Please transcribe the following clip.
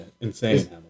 Insane